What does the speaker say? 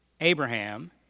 Abraham